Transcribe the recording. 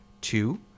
Two